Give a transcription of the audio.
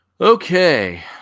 Okay